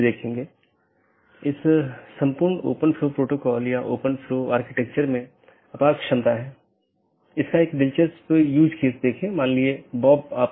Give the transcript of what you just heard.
तो इसका मतलब यह है कि OSPF या RIP प्रोटोकॉल जो भी हैं जो उन सूचनाओं के साथ हैं उनका उपयोग इस BGP द्वारा किया जा रहा है